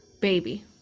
baby